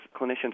clinicians